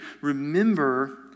remember